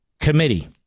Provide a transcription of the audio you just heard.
committee